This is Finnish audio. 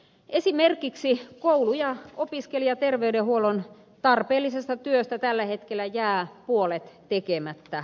esimerkiksi koulu ja opiskelijaterveydenhuollon tarpeellisesta työstä tällä hetkellä jää puolet tekemättä